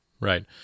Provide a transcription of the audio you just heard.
Right